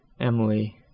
Emily